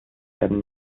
werden